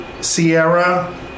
Sierra